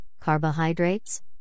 carbohydrates